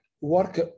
work